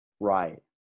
Right